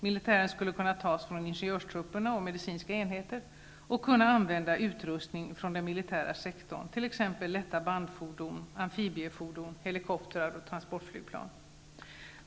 Militären skulle kunna tas från ingenjörstrupperna och medicinska enheter, och man skulle kunna använda utrustning från den militära sektorn, t.ex. lätta bandfordon, amfibiefordon, helikoptrar och transportflygplan.